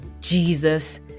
Jesus